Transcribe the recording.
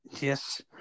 Yes